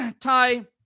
Ty